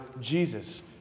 Jesus